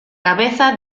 cabeza